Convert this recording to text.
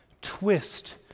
twist